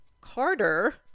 carter